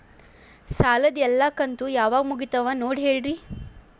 ಸಾಲದ ಎಲ್ಲಾ ಕಂತು ಯಾವಾಗ ಮುಗಿತಾವ ನೋಡಿ ಹೇಳ್ರಿ